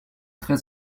très